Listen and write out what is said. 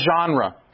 genre